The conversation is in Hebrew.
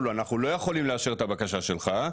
לו אנחנו לא יכולים לאשר את הבקשה שלך,